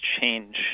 change